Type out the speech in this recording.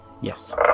Yes